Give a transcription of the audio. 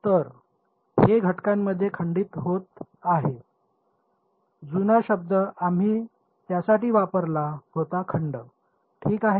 तर हे घटकांमध्ये खंडित होत आहे जुना शब्द आम्ही त्यासाठी वापरला होता खंड ठीक आहे